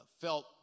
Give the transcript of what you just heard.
felt